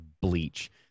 bleach